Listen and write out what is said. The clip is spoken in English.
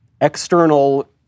external